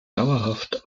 dauerhaft